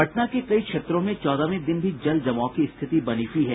पटना के कई क्षेत्रों में चौदहवें दिन भी जल जमाव की स्थिति बनी हुई है